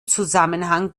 zusammenhang